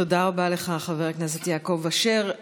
תודה רבה לך, חבר הכנסת יעקב אשר.